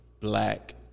Black